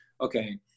okay